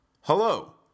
Hello